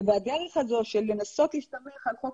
הדרך הזאת של לנסות להסתמך על חוק